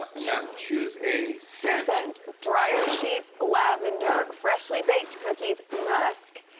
ah now choose a scent. and drier sheets, lavender, freshly baked cookies, musk,